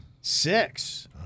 Six